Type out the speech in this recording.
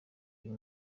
uyu